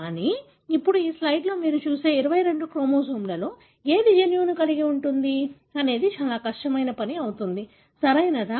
కానీ ఇప్పుడు ఈ స్లయిడ్లో మీరు చూసే 22 క్రోమోజోమ్లలో ఏది జన్యువును కలిగి ఉంది అనేది చాలా కష్టమైన పని అవుతుంది సరియైనదా